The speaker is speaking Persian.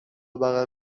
بغل